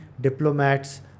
diplomats